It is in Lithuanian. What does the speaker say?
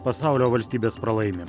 pasaulio valstybės pralaimi